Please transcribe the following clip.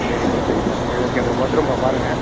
சரிப்பா சரிப்பா சரி ஓகேப்பா பத்திரம்ப்பா பாருங்கள்